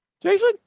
Jason